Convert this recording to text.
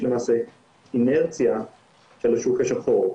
יש למעשה אינרציה של השוק השחור.